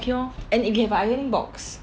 I'm not okay lor and if you have an ironing box